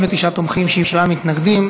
39 תומכים, שבעה מתנגדים.